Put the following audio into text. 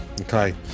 Okay